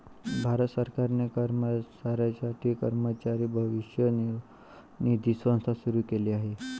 भारत सरकारने कर्मचाऱ्यांसाठी कर्मचारी भविष्य निर्वाह निधी संस्था सुरू केली आहे